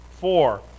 four